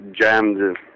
jammed